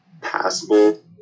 passable